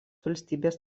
valstybės